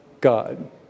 God